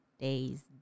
days